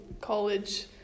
college